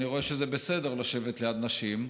ואני רואה שזה בסדר לשבת ליד נשים.